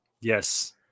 Yes